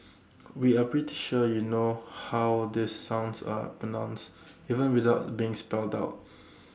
we are pretty sure you know how these sounds are pronounced even without them being spelled out